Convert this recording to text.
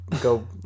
go